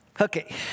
Okay